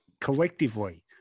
collectively